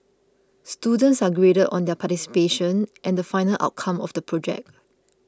students are graded on their participation and the final outcome of the project